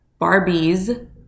barbies